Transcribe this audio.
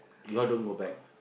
you all don't go back